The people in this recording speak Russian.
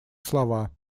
слова